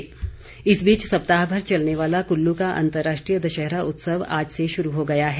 कुल्लू दशहरा इस बीच सप्ताह भर चलने वाला कुल्लू का अंतर्राष्ट्रीय दशहरा उत्सव आज से शुरू हो गया है